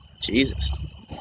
Jesus